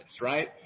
right